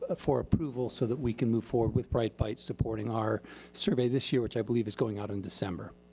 ah for approval so that we can move forward with bright bites supporting our survey this year, which i believe is going out in december.